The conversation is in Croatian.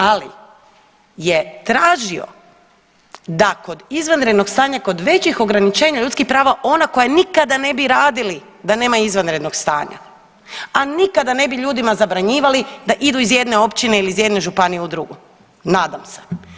Ali je tražio da kod izvanrednog stanja kod većih ograničenja ljudskih prava ona koja nikada ne bi radili da nema izvanrednog stanja, a nikada ne bi ljudima zabranjivali da idu iz jedne općine ili iz jedne županije u drugu, nadam se.